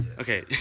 Okay